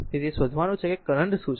તેથી તે શોધવાનું છે કે કરંટ શું છે